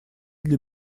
для